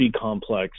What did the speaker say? complex